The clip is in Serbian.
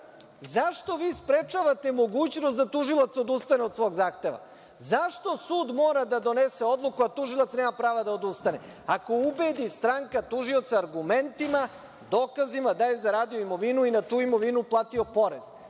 Zašto vi sprečavate mogućnost da tužilac odustane od svog zahteva? Zašto sud mora da donese odluku, a tužilac nema prava da odustane? Ako ubedi stranka tužioca argumentima, dokazima da je zaradio imovinu i na tu imovinu platio porez,